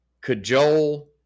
cajole